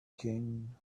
king